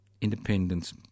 Independence